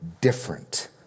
different